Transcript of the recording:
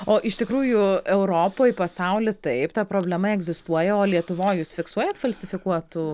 o iš tikrųjų europoj pasaulyj taip ta problema egzistuoja o lietuvoj jūs fiksuojat falsifikuotų